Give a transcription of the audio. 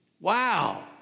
Wow